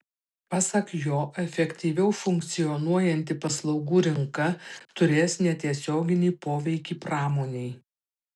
pasak jo efektyviau funkcionuojanti paslaugų rinka turės netiesioginį poveikį pramonei